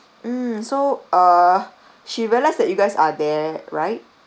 mm so uh she realised that you guys are there right